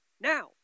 Now